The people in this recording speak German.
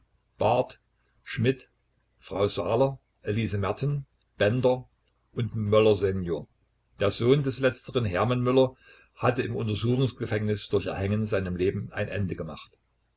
barth schmidt frau saaler elise merten bender und möller sen der sohn des letzteren hermann möller hatte im untersuchungsgefängnis durch erhängen seinem leben ein ende gemacht